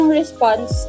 response